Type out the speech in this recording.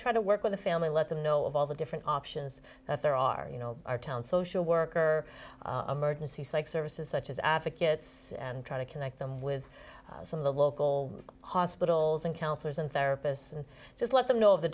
try to work with the family let them know of all the different options that there are you know our town social worker emergency psych services such as advocates and try to connect them with some of the local hospitals and counselors and therapists and just let them know